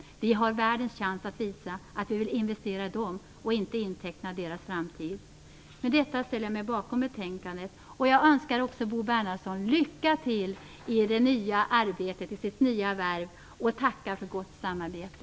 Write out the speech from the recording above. Vi har världens chans att visa att vi vill investera i dem och inte inteckna deras framtid. Med detta ställer jag mig bakom betänkandet. Jag önskar också Bo Bernhardsson lycka till i hans nya arbete och nya värv, och jag vill tacka för ett gott samarbete.